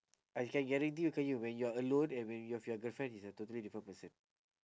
I can guarantee you qayyum when you're alone and when you're with your girlfriend is a totally different person